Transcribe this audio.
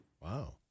Wow